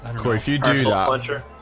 ah boy if you do that ledger